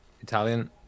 Italian